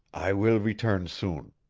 i will return soon.